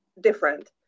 different